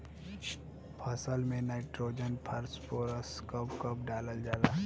फसल में nitrogen phosphorus कब कब डालल जाला?